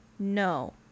No